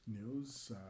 news